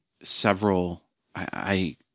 several—I